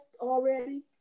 already